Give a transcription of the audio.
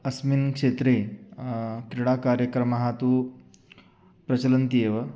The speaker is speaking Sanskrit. अस्मिन् क्षेत्रे क्रीडाकार्यक्रमाः तु प्रचलन्ति एव